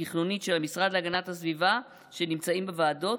התכנונית של המשרד להגנת הסביבה שנמצאים בוועדות